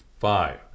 Five